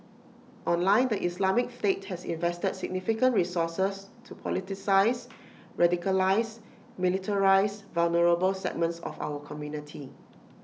online the Islamic state has invested significant resources to politicise radicalise militarise vulnerable segments of our community